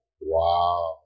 Wow